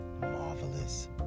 marvelous